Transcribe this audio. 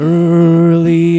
early